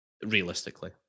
Realistically